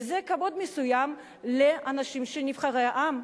וזה כבוד מסוים לאנשים שהם נבחרי העם.